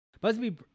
Busby